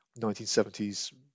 1970s